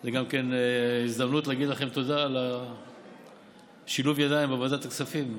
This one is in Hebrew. זו גם הזדמנות להגיד לכם תודה על שילוב הידיים בוועדת הכספים.